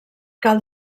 cal